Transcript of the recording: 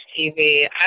TV